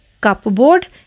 Cupboard